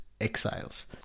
Exiles